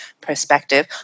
perspective